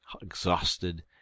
exhausted